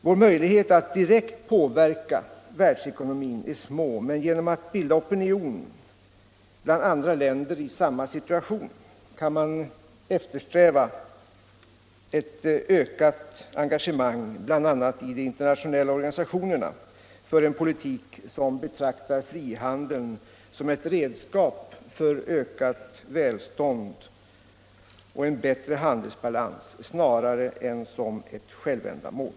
Våra möjligheter att direkt påverka världsekonomin är små, men genom att bilda opinion bland andra länder i samma situation kan man eftersträva ett ökat engagemang, bl.a. i de internationella organisationerna, för en politik som betraktar frihandeln som ett redskap för ökat välstånd och bättre handelsbalans snarare än som ett självändamål.